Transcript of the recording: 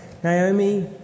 Naomi